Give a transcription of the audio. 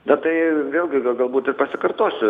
bet tai vėlgi gal galbūt ir pasikartosiu